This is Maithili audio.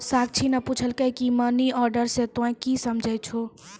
साक्षी ने पुछलकै की मनी ऑर्डर से तोंए की समझै छौ